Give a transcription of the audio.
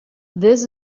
this